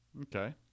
Okay